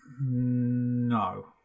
No